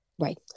Right